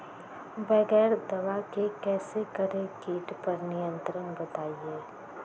बगैर दवा के कैसे करें कीट पर नियंत्रण बताइए?